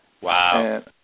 Wow